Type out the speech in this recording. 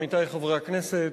עמיתי חברי הכנסת,